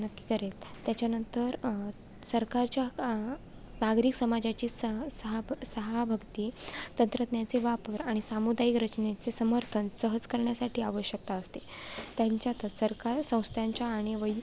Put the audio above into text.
नक्की करेल त्याच्यानंतर सरकारच्या आ समाजाची सह सहा ब तंत्रज्ञाचे वापर आणि सामुदायिक रचनेचे समर्थन सहज करण्यासाठी आवश्यकता असते त्यांच्यातच सरकार संस्थाच्या आणि वै